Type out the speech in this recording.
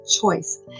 choice